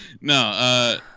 No